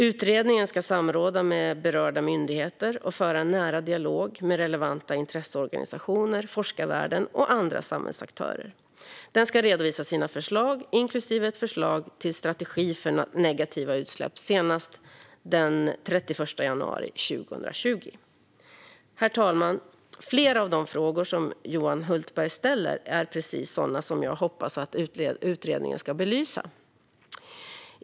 Utredningen ska samråda med berörda myndigheter och föra en nära dialog med relevanta intresseorganisationer, forskarvärlden och andra samhällsaktörer. Den ska redovisa sina förslag inklusive ett förslag till strategi för negativa utsläpp senast den 31 januari 2020. Herr talman! Flera av de frågor som Johan Hultberg ställer är precis sådana som jag hoppas att utredningen ska belysa.